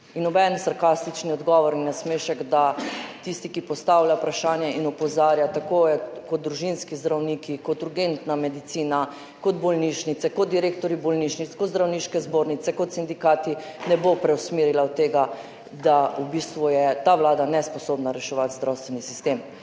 In noben sarkastičen odgovor in nasmešek, da tisti, ki postavlja vprašanje in opozarja, tako družinski zdravniki, urgentna medicina, bolnišnice, direktorji bolnišnic, zdravniške zbornice in sindikati, ne bo preusmeril tega, da je v bistvu ta vlada nesposobna reševati zdravstveni sistem.